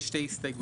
יש שתי הסתייגויות.